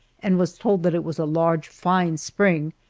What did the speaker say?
and was told that it was a large, fine spring,